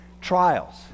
trials